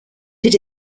did